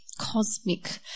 cosmic